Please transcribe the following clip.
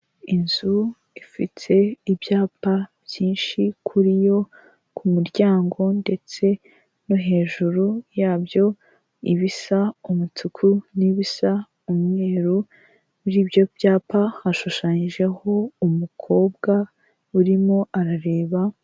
Inzu ifite ibyapa byinshi kuri yo ku kumuryango ndetse no hejuru yabyo ibisa umutuku n'ibisa umweru, muri ibyo byapa hashushanyijeho umukobwa urimo arareba.